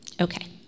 Okay